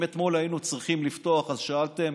אם אתמול היינו צריכים לפתוח, אז הייתם